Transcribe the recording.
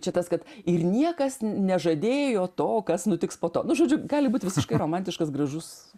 čia tas kad ir niekas nežadėjo to kas nutiks po to nu žodžiu gali būt visiškai romantiškas gražus